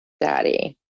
daddy